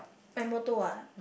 my motto ah